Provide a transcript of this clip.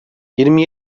yirmi